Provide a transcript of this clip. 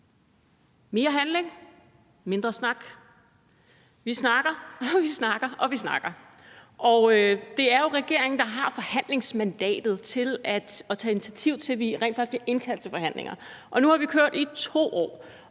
mere handling, mindre snak. Vi snakker, og vi snakker. Det er jo regeringen, der har forhandlingsmandatet til at tage initiativ til, at vi rent faktisk bliver indkaldt til forhandlinger. Og nu har det kørt i 2 år,